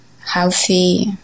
healthy